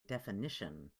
definition